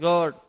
God